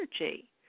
energy